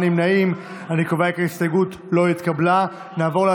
קבוצת סיעת הציונות הדתית וקבוצת סיעת ש"ס לסעיף 3 לא נתקבלה.